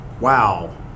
wow